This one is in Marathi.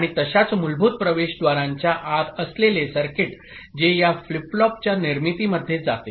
आणि तशाच मूलभूत प्रवेशद्वारांच्या आत असलेले सर्किट जे या फ्लिप फ्लॉपच्या निर्मितीमध्ये जाते